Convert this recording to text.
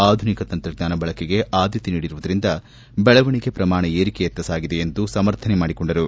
ಆಧುನಿಕ ತಂತ್ರಜ್ಞಾನ ಬಳಕೆಗೆ ಆದ್ದತೆ ನೀಡಿರುವುದರಿಂದ ದೆಳವಣಿಗೆ ಪ್ರಮಾಣ ಏರಿಕೆಯತ್ತ ಸಾಗಿದೆ ಎಂದು ಸಮರ್ಥನೆ ಮಾಡಿಕೊಂಡರು